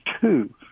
two